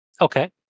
Okay